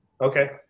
Okay